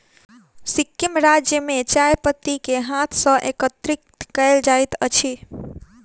सिक्किम राज्य में चाय पत्ती के हाथ सॅ एकत्रित कयल जाइत अछि